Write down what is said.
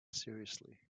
seriously